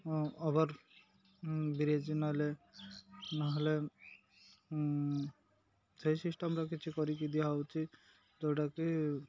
over bridge ନ'ହେଲେ ନ'ହେଲେ ସେଇ ସିଷ୍ଟମ୍ରେ କିଛି କରିକି ଦିଆହେଉଛି ଯେଉଁଟାକି